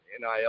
NIL